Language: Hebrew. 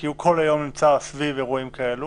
כי הוא כל היום נמצא סביב אירועים כאלה